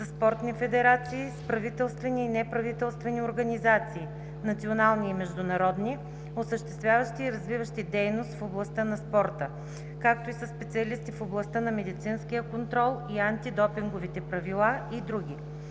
със спортни федерации, с правителствени и неправителствени организации – национални и международни, осъществяващи и развиващи дейност в областта на спорта, както и със специалисти в областта на медицинския контрол, антидопинговите правила и други.